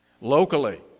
Locally